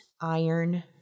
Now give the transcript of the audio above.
iron